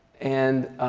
and